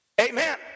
Amen